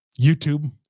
YouTube